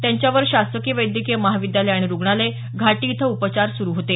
त्यांच्यावर शासकीय वैद्यकीय महाविद्याल आणि रुग्णालय घाटी इथं उपचार सुरू होते